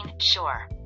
sure